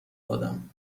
دادم